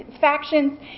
factions